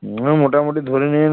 মানে মোটামোটি ধরে নিন